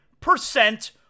percent